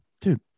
dude